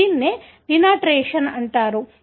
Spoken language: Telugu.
దీన్నే డీనాటరేషన్ అంటారు